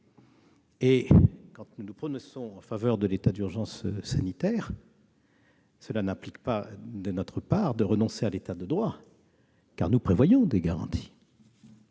Quand nous nous prononçons en faveur de l'état d'urgence sanitaire, cela ne signifie pas que nous renoncions à l'État de droit, car nous prévoyons des garanties.